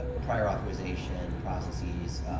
prior authorization processes,